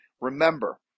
Remember